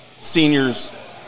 seniors